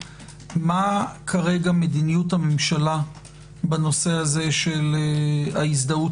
מה כרגע מדיניות הממשלה בנושא הזה של ההזדהות